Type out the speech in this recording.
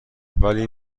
ولی